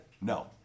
no